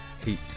Heat